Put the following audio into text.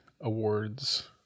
Awards